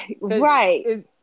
Right